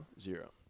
Zero